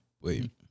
wait